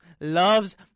loves